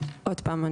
עוד פעם,